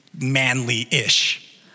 manly-ish